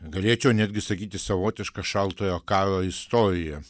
galėčiau netgi sakyti savotiška šaltojo karo istorija